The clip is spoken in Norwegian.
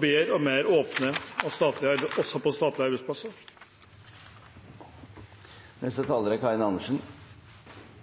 bedre og mer åpne statlige arbeidsplasser. SV og jeg hadde virkelig ventet på